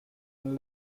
and